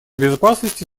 безопасности